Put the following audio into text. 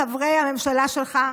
חברי הממשלה שלך,